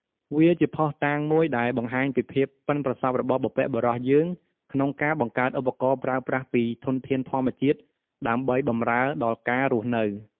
វាជាភស្តុតាងមួយដែលបង្ហាញពីភាពប៉ិនប្រសប់របស់បុព្វបុរសយើងក្នុងការបង្កើតឧបករណ៍ប្រើប្រាស់ពីធនធានធម្មជាតិដើម្បីបម្រើដល់ការរស់នៅ។